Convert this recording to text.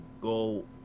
go